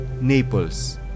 Naples